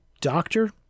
doctor